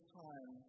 time